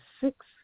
six